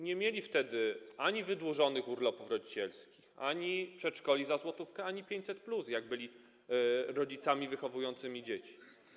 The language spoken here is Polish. Nie mieli ani wydłużonych urlopów rodzicielskich, ani przedszkoli za złotówkę, ani 500+ wtedy, kiedy byli rodzicami wychowującymi dzieci.